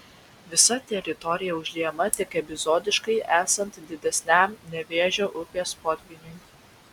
visa teritorija užliejama tik epizodiškai esant didesniam nevėžio upės potvyniui